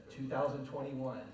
2021